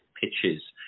pitches